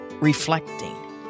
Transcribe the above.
reflecting